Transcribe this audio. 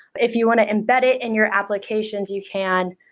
if you want to embed it in your applications, you can.